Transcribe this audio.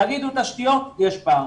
תגידו תשתיות, יש פער.